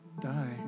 die